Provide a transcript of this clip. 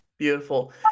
beautiful